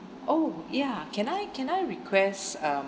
oh ya can I can I request um